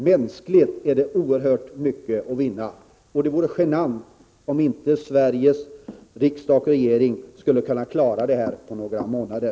Mänskligt är det oerhört mycket att vinna, och det vore genant om inte Sveriges riksdag och regering skulle kunna klara det här på några månader.